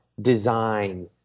design